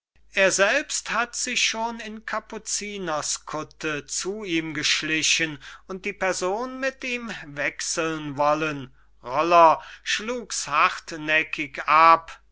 er selbst hat sich schon in kapuciners kutte zu ihm geschlichen und die person mit ihm wechseln wollen roller schlugs hartnäckig ab